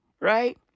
right